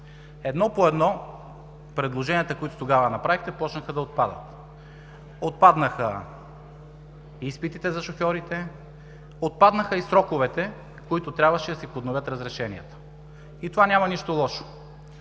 Едно по едно предложенията, които тогава направихте, почнаха да отпадат – отпаднаха изпитите за шофьорите, отпаднаха и сроковете, в които трябваше да се подновят разрешенията. И в това няма нищо лошо.